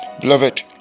Beloved